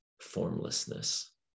formlessness